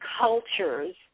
cultures